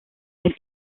elle